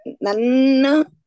Nana